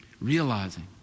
Realizing